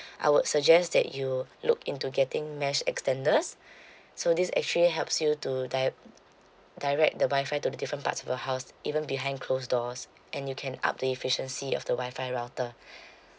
I would suggest that you look into getting mesh extenders so this actually helps you to di~ direct the wi-fi to the different parts of your house even behind closed doors and you can up the efficiency of the wi-fi router